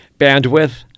bandwidth